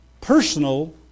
personal